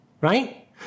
right